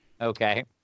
Okay